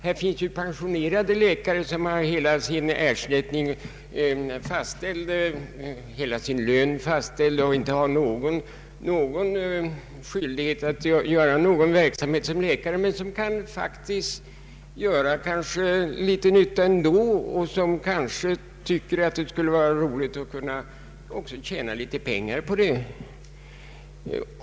Det finns ju pensionerade lä kare som har hela sin pension fastställd och inte har skyldighet att utföra någon verksamhet såsom läkare men som faktiskt kan göra litet nytta ändå och som kanske skulle tycka att det vore roligt att också tjäna litet pengar på detta.